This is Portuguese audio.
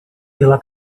pela